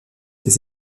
des